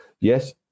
yes